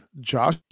Josh